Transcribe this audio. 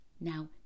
Now